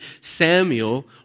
Samuel